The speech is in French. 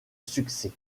succès